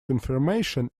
confirmation